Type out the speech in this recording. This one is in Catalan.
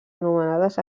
anomenades